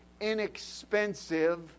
inexpensive